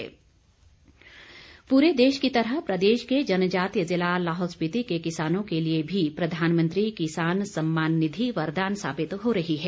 सम्मान निधि पूरे देश की तरह प्रदेश के जनजातीय ज़िला लाहौल स्पिति के किसानों के लिए भी प्रधानमंत्री किसान सम्मान निधि वरदान साबित हो रही है